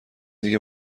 دیگه